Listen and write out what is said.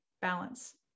balance